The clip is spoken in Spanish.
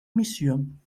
misión